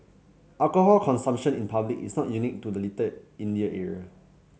alcohol consumption in public is not unique to the Little India area